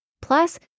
plus